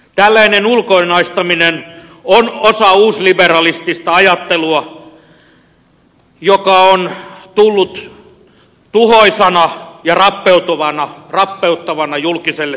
tällainen ulkoistaminen on osa uusliberalistista ajattelua joka on tullut tuhoisana ja rappeuttavana julkiselle sektorille